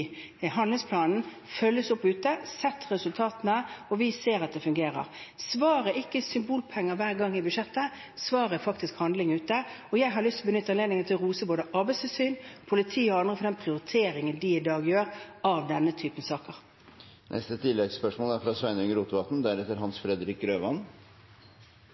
handlingsplanen, følges opp ute. Vi har sett resultatene, og vi ser at det fungerer. Svaret er ikke symbolpenger i budsjettet hver gang. Svaret er faktisk handling ute. Jeg har lyst til å benytte anledningen til å rose både Arbeidstilsynet, politiet og andre for den prioriteringen de i dag gjør av denne typen saker.